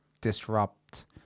disrupt